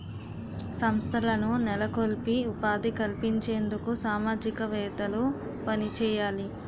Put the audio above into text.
సంస్థలను నెలకొల్పి ఉపాధి కల్పించేందుకు సామాజికవేత్తలు పనిచేయాలి